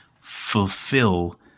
fulfill